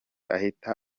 ahita